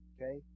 Okay